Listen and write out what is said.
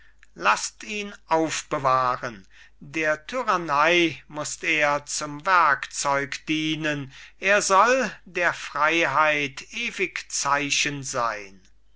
lasst ihn aufbewahren der tyrannei musst er zum werkzeug dienen er soll der freiheit ewig zeichen sein